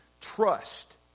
trust